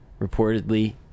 Reportedly